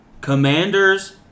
Commanders